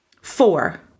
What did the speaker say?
Four